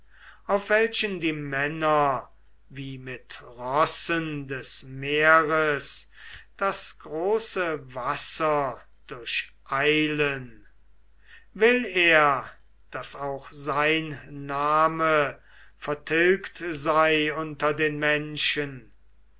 auf welchen die männer wie mit rossen des meers das große wasser durcheilen will er daß auch sein name vertilgt sei unter den menschen